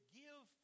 give